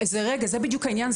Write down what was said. זה בדיוק העניין.